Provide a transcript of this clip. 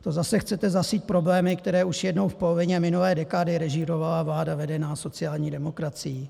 To zase chcete zasít problémy, které už jednou v polovině minulé dekády režírovala vláda vedená sociální demokracií?